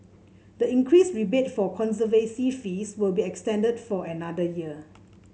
the increased rebate for conservancy fees will be extended for another year